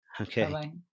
okay